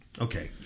Okay